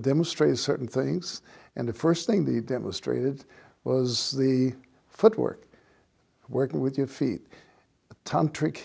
demonstrate certain things and the first thing they demonstrated was the footwork working with your feet tom trick